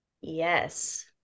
Yes